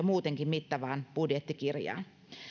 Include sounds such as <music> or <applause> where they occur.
<unintelligible> muutenkin mittavaan budjettikirjaan